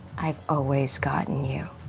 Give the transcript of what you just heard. i've always gotten you.